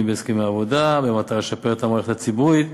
בהסכמי העבודה במטרה לשפר את המערכת הציבורית.